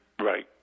Right